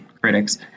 critics